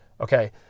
Okay